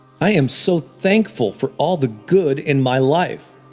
i am so thankful for all the good in my life.